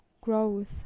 Growth